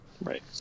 Right